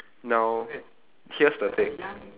now here's the thing